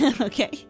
Okay